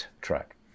track